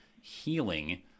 healing